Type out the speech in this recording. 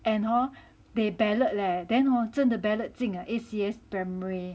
and hor they ballot leh then hor 真的 ballot 进 uh A_C_S primary